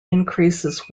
increases